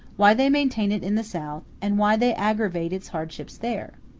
why they maintain it in the south, and why they aggravate its hardships there?